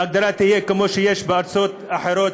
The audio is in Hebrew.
וההגדרה תהיה כמו שיש בארצות אחרות,